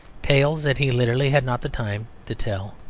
tales that he literally had not the time to tell.